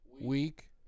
week